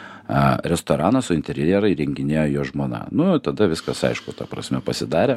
a restoranas o interjerą įrenginėjo jo žmona nu tada viskas aišku ta prasme pasidarė tik